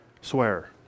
swear